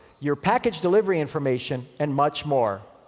your package delivery information, and much more.